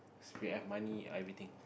c_p_f money everything